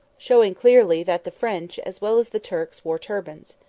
showing clearly that the french, as well as the turks, wore turbans.